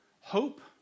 Hope